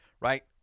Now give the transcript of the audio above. right